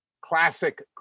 classic